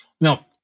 Now